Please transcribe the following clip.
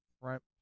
Front